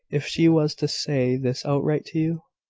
if she was to say this outright to you?